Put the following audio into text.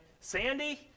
Sandy